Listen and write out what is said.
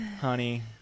honey